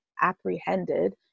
apprehended